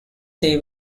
they